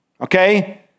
Okay